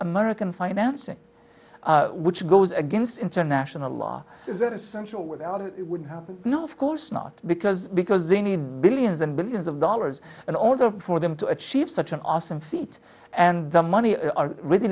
american financing which goes against international law is essential without it would have no of course not because because they need billions and billions of dollars in order for them to achieve such an awesome feat and the money are really